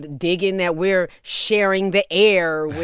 digging that we're sharing the air with